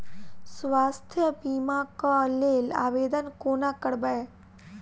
स्वास्थ्य बीमा कऽ लेल आवेदन कोना करबै?